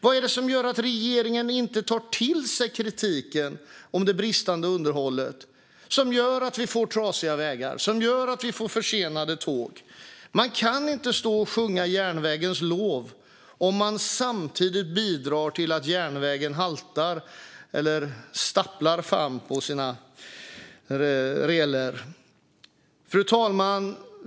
Vad är det som gör att regeringen inte tar till sig kritiken om det bristande underhållet som gör att vi får trasiga vägar och försenade tåg? Man kan inte stå och sjunga järnvägens lov om man samtidigt bidrar till att järnvägen stapplar fram på sina räler. Fru talman!